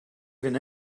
even